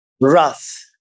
wrath